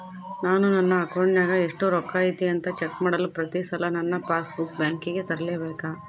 ನಾನು ನನ್ನ ಅಕೌಂಟಿನಾಗ ಎಷ್ಟು ರೊಕ್ಕ ಐತಿ ಅಂತಾ ಚೆಕ್ ಮಾಡಲು ಪ್ರತಿ ಸಲ ನನ್ನ ಪಾಸ್ ಬುಕ್ ಬ್ಯಾಂಕಿಗೆ ತರಲೆಬೇಕಾ?